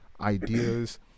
ideas